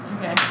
Okay